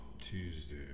Tuesday